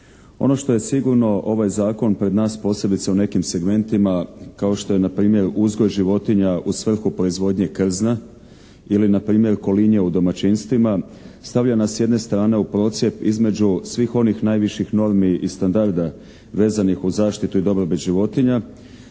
Ono što je sigurno ovaj zakon pred nas posebice u nekim segmentima kao što je npr. uzgoj životinja u svrhu proizvodnje krzna ili npr. kolinje u domaćinstvima stavlja nas s jedne strane u procjep između svih onih najviših normi i standarda veznih uz zaštitu i dobrobit životinja.